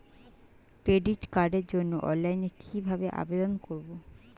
Credit কার্ডের জন্য অনলাইনে কিভাবে আবেদন করব?